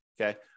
okay